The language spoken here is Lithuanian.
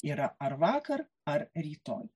yra ar vakar ar rytoj